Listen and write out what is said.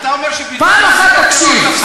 אתה אומר, פעם אחת תקשיב.